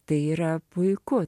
tai yra puiku